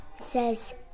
says